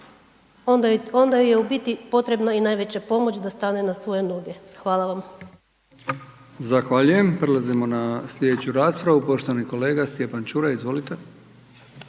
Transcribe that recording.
joj je u biti potrebna i najveća pomoć da stane na svoje noge. Hvala vam. **Brkić, Milijan (HDZ)** Zahvaljujem. Prelazimo na slijedeću raspravu, poštovani kolega Stjepan Čuraj, izvolite.